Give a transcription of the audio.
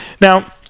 Now